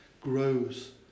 grows